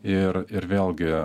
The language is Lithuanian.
ir ir vėlgi